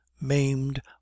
maimed